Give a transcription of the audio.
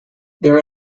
there